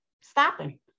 stopping